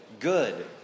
good